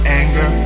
anger